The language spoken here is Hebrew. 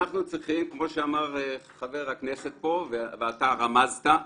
אנחנו צריכים כמו שאמר חבר הכנסת פה ואתה רמזת,